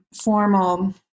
formal